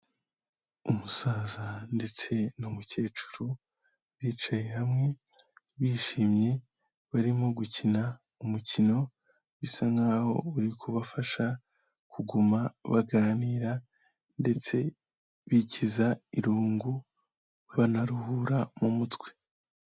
Umusaza ndetse n'umukecuru bicaye hamwe, bishimye barimo gukina umukino, bisa nk'aho uri kubafasha kuguma baganira ndetse bikiza irungu, banaruhura mu mutwe.